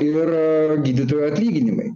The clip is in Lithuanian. ir gydytojų atlyginimai